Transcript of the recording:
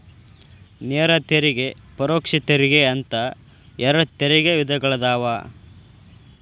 ನೇರ ತೆರಿಗೆ ಪರೋಕ್ಷ ತೆರಿಗೆ ಅಂತ ಎರಡ್ ತೆರಿಗೆ ವಿಧಗಳದಾವ